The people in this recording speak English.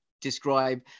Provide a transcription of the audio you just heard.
describe